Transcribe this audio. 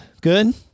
good